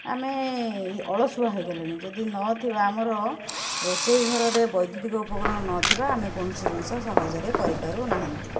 ଆମେ ଅଳସୁଆ ହୋଇଗଲେଣି ଯଦି ନଥିବ ଆମର ରୋଷେଇ ଘରରେ ବୈଦୁତିକ ଉପକରଣ ନଥିବ ଆମେ କୌଣସି ଜିନିଷ ସହଜରେ କରିପାରୁନାହାନ୍ତି